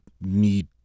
need